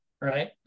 Right